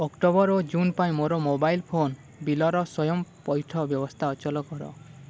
October ଓ June ପାଇଁ ମୋର ମୋବାଇଲ୍ ଫୋନ୍ ବିଲ୍ର ସ୍ଵୟଂପଇଠ ବ୍ୟବସ୍ଥା ଅଚଳ କର